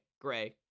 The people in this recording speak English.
gray